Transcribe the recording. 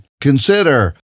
consider